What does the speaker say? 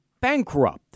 bankrupt